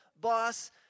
boss